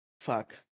Fuck